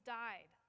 died